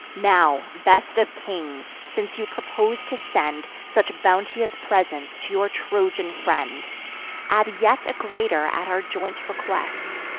now, best of kings, since you propose to send such bounteous presents to your trojan friend add yet a greater at our joint request,